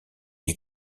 est